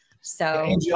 So-